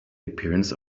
appearance